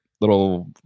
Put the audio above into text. little